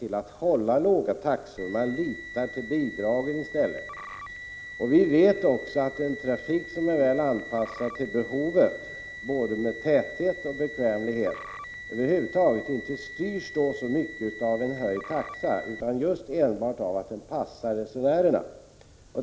Företagen håller låga taxor och litar i stället till bidragen. En trafik som är väl anpassad till människors behov, både när det gäller täthet och i fråga om bekvämlighet, styrs inte så mycket av en taxehöjning utan enbart av det faktum att den passar resenärerna.